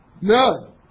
No